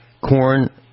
Corn